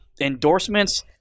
endorsements